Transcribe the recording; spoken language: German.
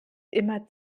immer